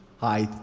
hi.